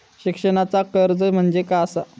शिक्षणाचा कर्ज म्हणजे काय असा?